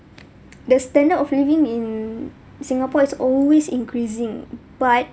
the standard of living in singapore is always increasing but